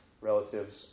relatives